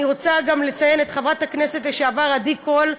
אני רוצה גם לציין את חברת הכנסת לשעבר עדי קול,